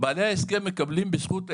בזכות ההסכם,